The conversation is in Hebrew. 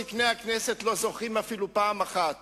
זקני הכנסת לא זוכרים פעם אחת